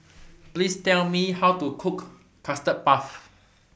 Please Tell Me How to Cook Custard Puff